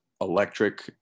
electric